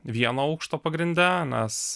vieno aukšto pagrinde nes